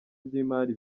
by’imari